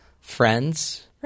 friends